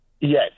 Yes